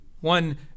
One